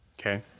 Okay